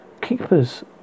Keepers